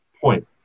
point